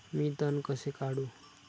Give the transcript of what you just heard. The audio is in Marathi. मी तण कसे काढू?